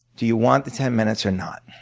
do you want the ten minutes or not?